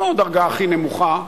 לא הדרגה הכי נמוכה,